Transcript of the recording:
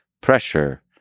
pressure